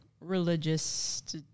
religious